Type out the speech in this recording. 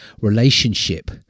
relationship